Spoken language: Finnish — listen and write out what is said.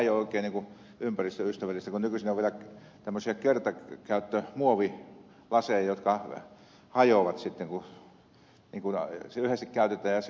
se ei ole oikein ympäristöystävällistäkään kun nykyisin on vielä tämmöisiä kertakäyttömuovilaseja jotka hajoavat sitten kun yhdesti käytetään